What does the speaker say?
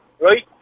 right